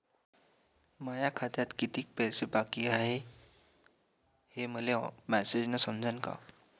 माया खात्यात कितीक पैसे बाकी हाय हे मले मॅसेजन समजनं का?